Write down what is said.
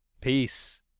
Peace